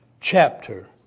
chapter